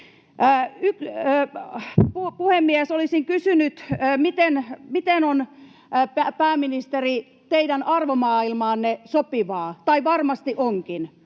Puhemies! Olisin kysynyt: Miten on, pääministeri, teidän arvomaailmaanne sopivaa — tai varmasti onkin